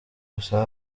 gusa